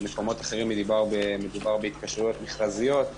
במקומות אחרים מדובר התקשרויות מכרזיות,